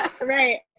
Right